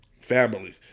family